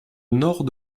nord